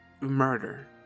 murder